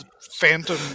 Phantom